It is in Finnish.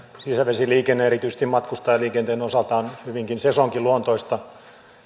sisävesiliikenne erityisesti matkustajaliikenteen osalta on hyvinkin sesonkiluontoista